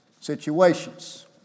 situations